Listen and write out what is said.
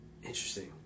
Interesting